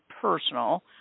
personal